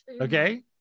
okay